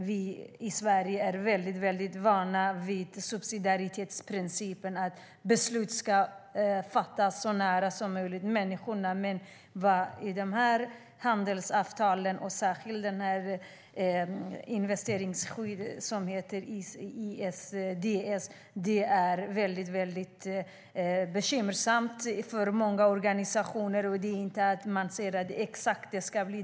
Vi i Sverige är väldigt vana vid subsidiaritetsprincipen och att beslut ska fattas så nära människorna som möjligt. I de här handelsavtalen och särskilt i investeringsskyddet, ISDS, är det dock bekymmersamt för många organisationer; man ser inte exakt hur det ska bli.